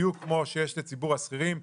בדיוק כמו שיש לציבור השכירים,